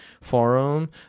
forum